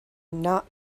not